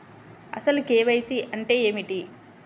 అసలు కే.వై.సి అంటే ఏమిటి?